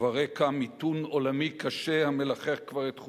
וברקע מיתון עולמי קשה המלחך כבר את חופינו.